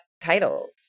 titles